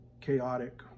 chaotic